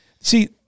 see –